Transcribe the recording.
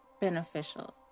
beneficial